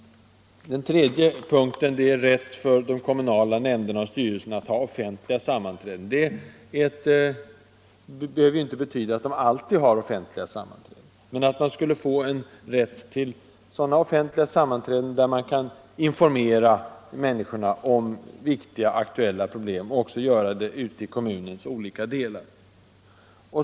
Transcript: Den tredje punkten gäller rätt för de kommunala nämnderna och styrelserna att ha offentliga sammanträden. Det behöver ju inte betyda att de alltid har offentliga sammanträden. Men de skall ha en rätt till sådana offentliga sammanträden där man kan informera människorna om viktiga aktuella problem — också ute i kommunens olika delar.